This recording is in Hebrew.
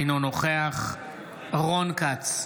אינו נוכח רון כץ,